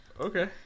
okay